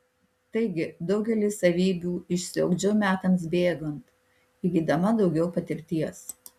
taigi daugelį savybių išsiugdžiau metams bėgant įgydama daugiau patirties